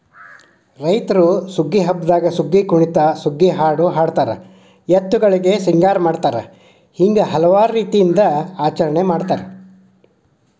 ರೈತ್ರು ಸುಗ್ಗಿ ಹಬ್ಬದಾಗ ಸುಗ್ಗಿಕುಣಿತ ಸುಗ್ಗಿಹಾಡು ಹಾಡತಾರ ಎತ್ತುಗಳಿಗೆ ಸಿಂಗಾರ ಮಾಡತಾರ ಹಿಂಗ ಹಲವಾರು ರೇತಿಯಿಂದ ಆಚರಣೆ ಮಾಡತಾರ